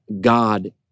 God